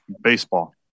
Baseball